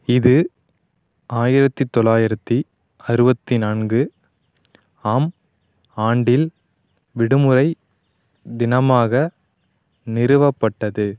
இது ஆயிரத்து தொளாயிரத்து அறுபத்தி நான்கு ஆம் ஆண்டில் விடுமுறை தினமாக நிறுவப்பட்டது